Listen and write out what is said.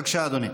בבקשה, אדוני.